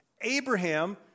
Abraham